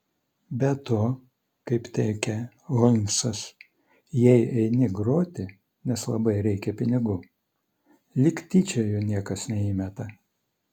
be to kaip teigia holmsas jei eini groti nes labai reikia pinigų lyg tyčia jų niekas neįmeta